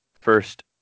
first